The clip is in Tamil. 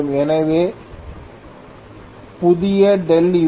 எனவே புதிய இப்போது 5